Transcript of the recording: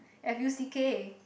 F U C K